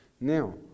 Now